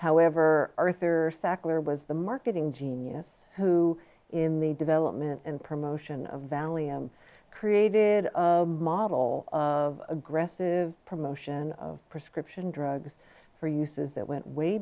however arthur sackler was the marketing genius who in the development and promotion of vallium created a model of aggressive promotion of prescription drugs for uses that went way